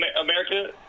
America